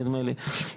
נדמה לי,